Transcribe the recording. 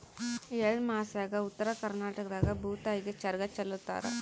ಎಳ್ಳಮಾಸ್ಯಾಗ ಉತ್ತರ ಕರ್ನಾಟಕದಾಗ ಭೂತಾಯಿಗೆ ಚರಗ ಚೆಲ್ಲುತಾರ